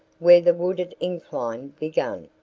where the wooded incline began.